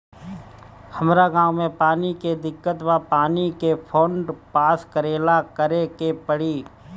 हमरा गॉव मे पानी के दिक्कत बा पानी के फोन्ड पास करेला का करे के पड़ी?